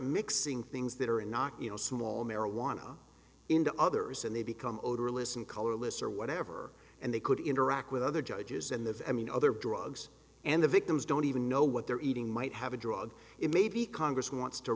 mixing things that are in knock you know small marijuana into others and they become odorless and colorless or whatever and they could interact with other judges and the i mean other drugs and the victims don't even know what they're eating might have a drug it maybe congress wants to